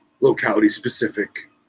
locality-specific